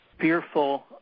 fearful